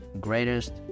greatest